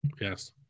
Yes